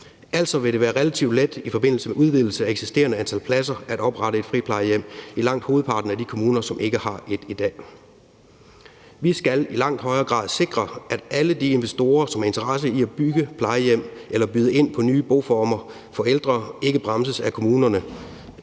Altså vil det være relativt let i forbindelse med en udvidelse af det eksisterende antal pladser at oprette et friplejehjem i langt hovedparten af de kommuner, som ikke har et i dag. Vi skal i langt højere grad sikre, at alle de investorer, som har interesse i at bygge plejehjem eller byde ind på nye boformer for ældre, ikke bremses af kommunerne,